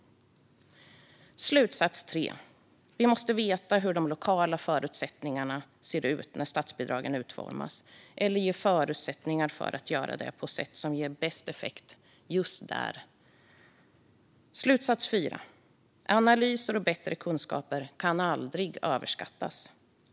Slutsats 3: Vi måste veta hur de lokala förutsättningarna ser ut när statsbidragen utformas eller ge förutsättningar för att det ska kunna göras på det sätt som ger bäst effekt just där. Slutsats 4: Analyser och bättre kunskap kan aldrig överskattas.